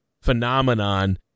phenomenon